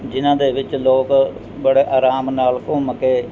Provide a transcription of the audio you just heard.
ਜਿਨ੍ਹਾਂ ਦੇ ਵਿੱਚ ਲੋਕ ਬੜੇ ਆਰਾਮ ਨਾਲ ਘੁੰਮ ਕੇ